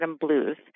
blues